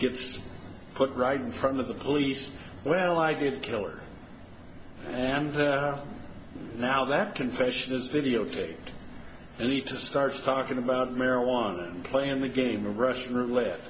to put right in front of the police well i get killer and now that confession is videotaped and he just starts talking about marijuana and playing the game of russian roulette